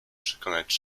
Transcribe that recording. przekonać